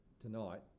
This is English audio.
tonight